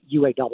UAW